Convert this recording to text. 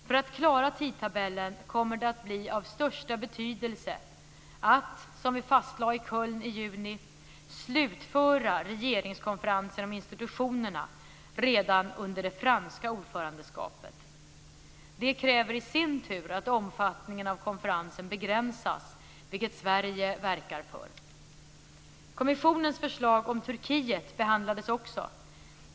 För att klara tidtabellen kommer det att bli av största betydelse att, som vi fastlade i Köln i juni, slutföra regeringskonferensen om institutionerna redan under det franska ordförandeskapet. Det kräver i sin tur att omfattningen av konferensen begränsas, vilket Sverige verkar för. Kommissionens förslag om Turkiet behandlades också.